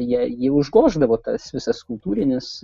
jei jį užgoždavo tas visas kultūrinis